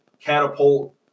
catapult